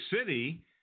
City